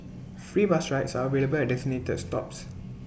free bus rides are available at designated stops